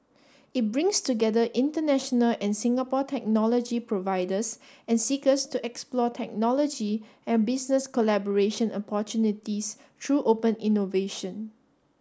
it brings together international and Singapore technology providers and seekers to explore technology and business collaboration opportunities through open innovation